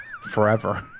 forever